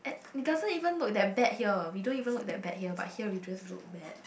it doesn't even look that bad here we don't even look that bad here but here we just look bad